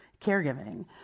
caregiving